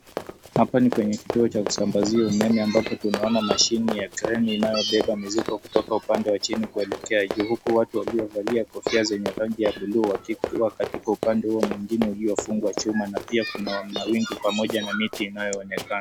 Hapa ni kwenye kituo cha kusambasia umeme ambapo tunaona mashine ya kreni inaopepa mzigo kutoka upande wa jini kuelekea juu, huku watu waliovalia kofia zenye rangi ya bluu wakiwa katika upande huo mwingine uliofungwa chuma na pia kuna mawingu pamoja na miti unaonekana.